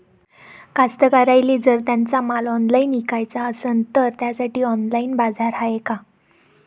कास्तकाराइले जर त्यांचा माल ऑनलाइन इकाचा असन तर त्यासाठी ऑनलाइन बाजार हाय का?